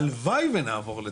הלוואי שנעבור לתפן.